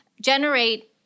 generate